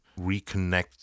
reconnect